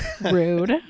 Rude